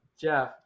jeff